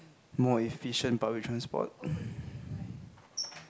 more efficient public transport